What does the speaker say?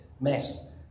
mess